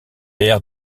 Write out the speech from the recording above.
air